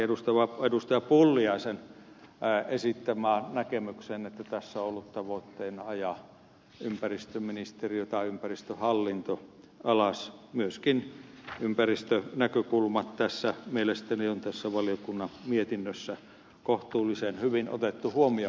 pulliaisen esittämään näkemykseen liittyen että tässä on ollut tavoitteena ajaa ympäristöministeriö tai ympäristöhallinto alas myöskin ympäristönäkökulma on mielestäni tässä valiokunnan mietinnössä kohtuullisen hyvin otettu huomioon